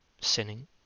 sinning